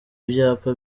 ibyapa